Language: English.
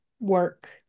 work